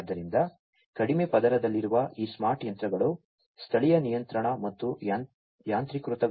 ಆದ್ದರಿಂದ ಕಡಿಮೆ ಪದರದಲ್ಲಿರುವ ಈ ಸ್ಮಾರ್ಟ್ ಯಂತ್ರಗಳು ಸ್ಥಳೀಯ ನಿಯಂತ್ರಣ ಮತ್ತು ಯಾಂತ್ರೀಕೃತಗೊಂಡ ಪ್ರಕ್ರಿಯೆಗಳಲ್ಲಿ ಸಹಾಯ ಮಾಡುತ್ತವೆ